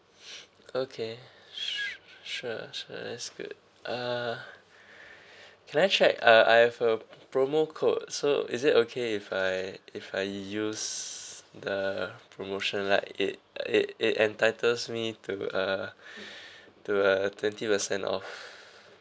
okay sure sure sure that's good uh can I check uh I have a promo code so is it okay if I if I use uh promotion like it it it entitles me to a to a twenty percent off